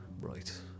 right